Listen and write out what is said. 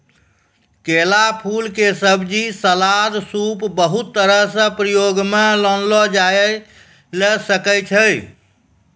केला फूल के सब्जी, सलाद, सूप बहुत तरह सॅ प्रयोग मॅ लानलो जाय ल सकै छो